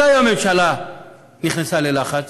מתי הממשלה נכנסה ללחץ?